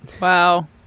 Wow